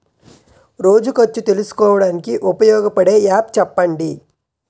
రోజు ఖర్చు తెలుసుకోవడానికి ఉపయోగపడే యాప్ చెప్పండీ?